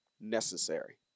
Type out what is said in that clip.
necessary